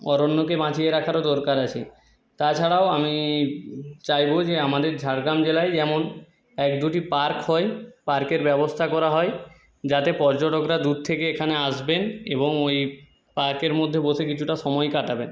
অরণ্যকে বাঁচিয়ে রাখারও দরকার আছে তাছাড়াও আমিইই চাইবো যে আমাদের ঝাড়গ্রাম জেলায় এমন এক দুটি পার্ক হয় পার্কের ব্যবস্থা করা হয় যাতে পর্যটকরা দূর থেকে এখানে আসবেন এবং ওই পার্কের মধ্যে বসে কিছুটা সময় কাটাবেন